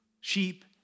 sheep